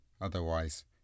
otherwise